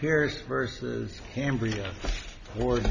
purist versus cambria or